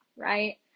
Right